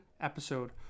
episode